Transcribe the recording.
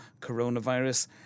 coronavirus